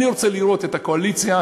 אני רוצה לראות את הקואליציה,